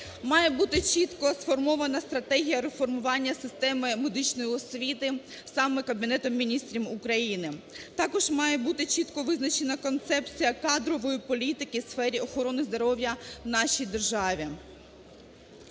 Має бути чітко сформована стратегія реформування системи медичної освіти саме Кабінетом Міністрів України. Також має бути чітко визначена концепція кадрової політики в сфері охорони здоров'я в нашій державі,